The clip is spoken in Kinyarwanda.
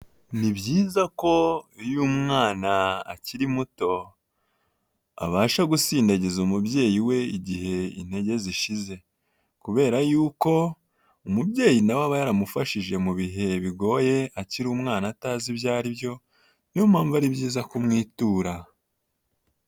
Ni byiza ko iyo umwana akiri muto abasha gusindagiza umubyeyi we igihe intege zishize, kubera yuko umubyeyi nawe aba yaramufashije mu bihe bigoye akiri umwana atazi ibyo aribyo, niyo mpamvu ari byiza kumwitura.